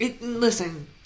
Listen